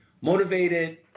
motivated